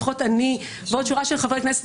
לפחות אני ועוד שורה של חברי כנסת,